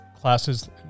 Classes